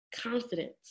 confidence